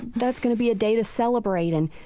that's going to be a day to celebrate and